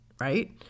right